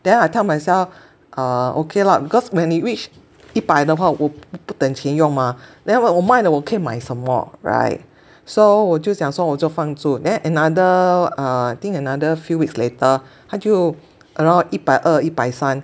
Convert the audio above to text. then I tell myself uh okay lah because when it reached 一百的话我不不等钱用嘛 then when 我卖了我可以买什么 right so 我就想说我就放住 then another uh I think another few weeks later 它就 around 一百二一百三